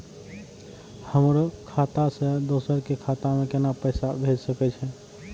हमर खाता से दोसर के खाता में केना पैसा भेज सके छे?